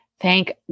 Thank